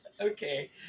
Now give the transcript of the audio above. Okay